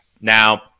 Now